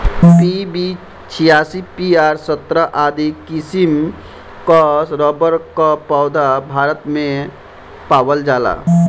PB छियासी, PR सत्रह आदि किसिम कअ रबड़ कअ पौधा भारत भर में पावल जाला